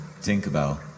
Tinkerbell